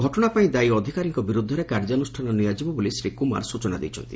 ଘଟଶାପାଇଁ ଦାୟୀ ଅଧିକାରୀଙ୍କ ବିରୁଦ୍ଧରେ କାର୍ଯ୍ୟାନୁଷ୍ଠାନ ନିଆଯିବ ବୋଲି ଶ୍ରୀ କୁମାର ସୂଚନା ଦେଇଛନ୍ତି